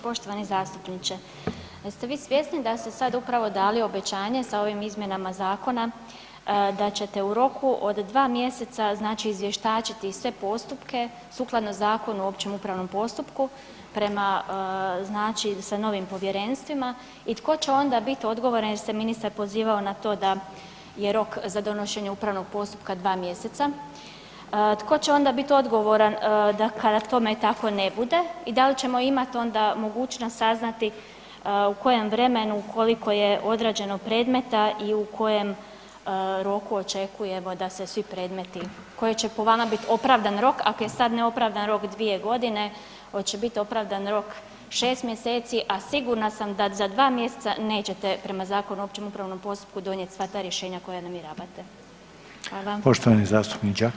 Poštovani zastupniče jeste vi svjesni da ste sad upravo dali obećanje sa ovim izmjenama zakona da ćete u roku od 2 mjeseca znači izvještačiti sve postupke sukladno Zakonu o općem upravnom postupku prema znači sa novim povjerenstvima i tko će onda biti odgovoran jer se ministar pozivao na to da je rok za donošenje upravnog postupka 2 mjeseca, tko će onda biti odgovoran da kada tome tako ne bude i da li ćemo imati onda mogućnost saznati u kojem vremenu koliko je odrađeno predmeta i u kojem roku očekujemo da se svi predmeti koje će po vama biti opravdan rok, ako je sad neopravdan rok 2 godine, hoće biti opravdan rok 6 mjeseci, a sigurna sam da za 2 mjeseca nećete prema Zakonu o općem upravnom postupku donijeti sva ta rješenja koja namjeravate.